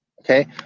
Okay